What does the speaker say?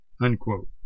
unquote